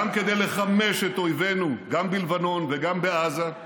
גם כדי לחמש את אויבינו, גם בלבנון וגם בעזה,